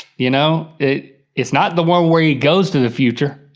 you know, it is not the one where he goes to the future.